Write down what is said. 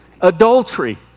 adultery